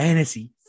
Fantasy